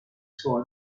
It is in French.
sera